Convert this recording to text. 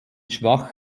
schwach